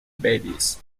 babies